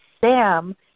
Sam